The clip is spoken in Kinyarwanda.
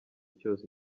cyose